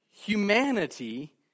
humanity